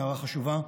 הערה חשובה,